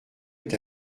est